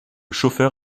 chauffeur